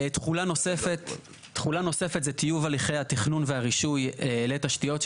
תכולה נוספת זה טיוב הליכי התכנון והרישוי לתשתיות,